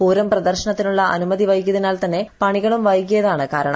പൂരം പ്രദർശനത്തിനുള്ള അനുമതി വൈകിയതിനാൽ തന്നെ പണികളും വൈകിയതാണ് കാരണം